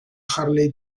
harley